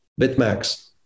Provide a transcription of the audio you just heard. Bitmax